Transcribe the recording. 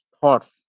thoughts